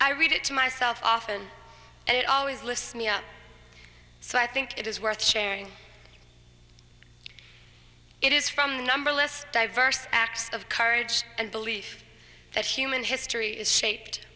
i read it to myself often and it always lifts me up so i think it is worth sharing it is from the number less diverse acts of courage and belief that human history is shaped